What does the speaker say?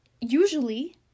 usually